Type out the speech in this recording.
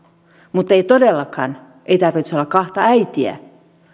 mutta todellakaan ei tarvitse olla kahta äitiä